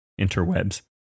interwebs